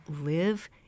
live